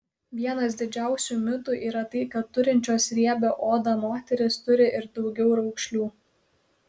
vienas didžiausių mitų yra tai kad turinčios riebią odą moterys turi ir daugiau raukšlių